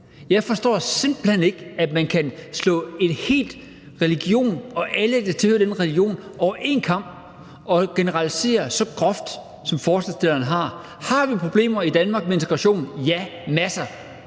Jeg forstår simpelt hen ikke, at man kan skære en hel religion og alle, der tilhører den religion, over en kam og generalisere så groft, som forslagsstilleren gør. Har vi problemer i Danmark med integration? Ja, masser.